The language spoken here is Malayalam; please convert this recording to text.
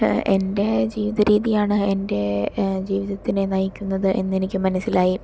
എന്റെ ജീവിതരീതിയാണ് എന്റെ ജീവിതത്തിനെ നയിക്കുന്നത് എന്നെനിക്കുമനസ്സിലായി